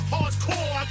Hardcore